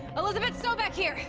elizabet sobeck here.